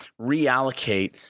reallocate